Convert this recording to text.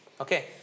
okay